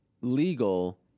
legal